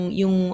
yung